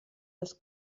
das